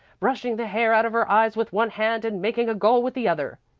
brushing the hair out of her eyes with one hand and making a goal with the other.